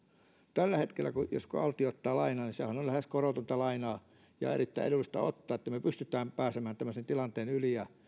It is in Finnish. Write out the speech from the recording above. tällä hetkellä jos valtio ottaa lainaa niin sehän on on lähes korotonta lainaa ja erittäin edullista ottaa niin että me pystymme pääsemään tämmöisen tilanteen yli ja